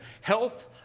health